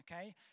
okay